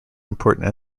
important